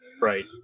Right